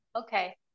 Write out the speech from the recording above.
Okay